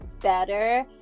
better